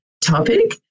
topic